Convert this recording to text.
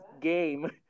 game